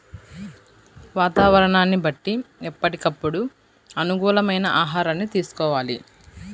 వాతావరణాన్ని బట్టి ఎప్పటికప్పుడు అనుకూలమైన ఆహారాన్ని తీసుకోవాలి